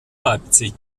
leipzig